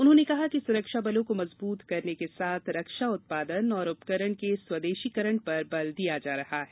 उन्होंने कहा कि सुरक्षा बलों को मजबूत करने के साथ रक्षा उत्पादन और उपकरण के स्वदेशीकरण पर बल दिया जा रहा है